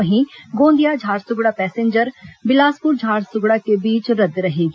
वहीं गोंदिया झारसुगड़ा पैसेंजर बिलासपुर झारसुगड़ा के बीच रद्द रहेगी